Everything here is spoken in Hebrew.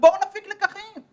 ובואו נפיק לקחים.